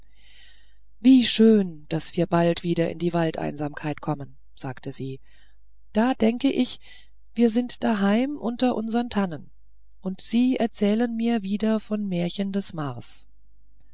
wie schön daß wir bald wieder in die waldeinsamkeit kommen sagte sie da denke ich wir sind daheim unter unsern tannen und sie erzählen mir wieder von den märchen des mars